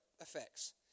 effects